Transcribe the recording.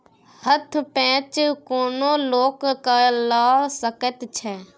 हथ पैंच कोनो लोक लए सकैत छै